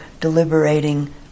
deliberating